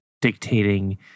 dictating